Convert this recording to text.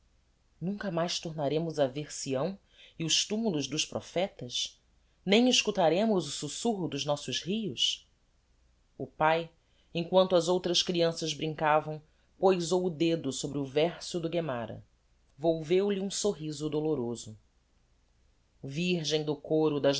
nunca mais tornaremos a vêr sião e os tumulos dos prophetas nem escutaremos